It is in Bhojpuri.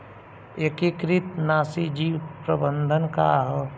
एकीकृत नाशी जीव प्रबंधन का ह?